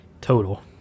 total